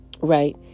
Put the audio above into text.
right